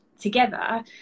together